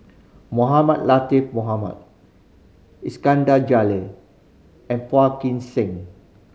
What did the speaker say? Mohamed Latiff Mohamed Iskandar Jalil and Phua Kin Siang